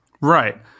Right